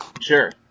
Sure